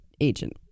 agent